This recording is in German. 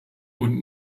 und